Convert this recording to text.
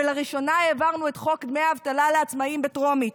ולראשונה העברנו את חוק דמי אבטלה לעצמאים בטרומית.